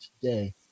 today